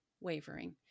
wavering